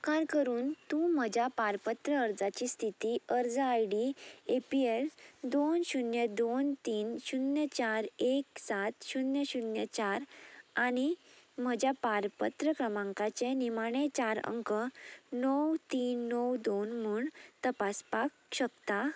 उपकार करून तूं म्हज्या पारपत्र अर्जाची स्थिती अर्ज I D A P L दोन शुन्य दोन तीन शुन्य चार एक सात शुन्य शुन्य चार आनी म्हज्या पारपत्र क्रमांकाचे निमाणें चार अंक णव तीन णव दोन म्हूण तपासपाक शकता